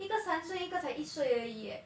一个三岁一个才一岁而已 leh